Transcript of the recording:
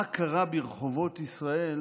מה קרה ברחובות ישראל